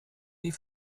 die